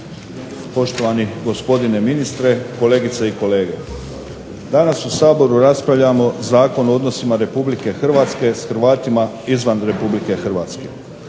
poštovani gospodine ministre, kolegice i kolege. Danas u Saboru raspravljamo Zakon o odnosima Republike Hrvatske s Hrvatima izvan Republike Hrvatske.